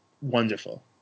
wonderful